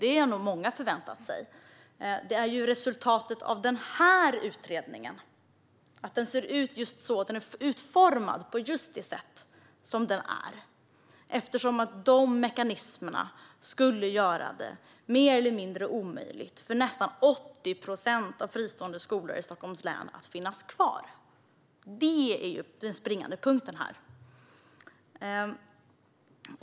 Det hade nog många förväntat sig. Problemet är ju resultatet - att utredningen ser ut just som den gör och är utformad på just det sätt som den är. De mekanismerna skulle göra det mer eller mindre omöjligt för nästan 80 procent av de fristående skolorna i Stockholms län att finnas kvar. Detta är den springande punkten.